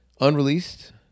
unreleased